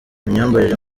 imyambarire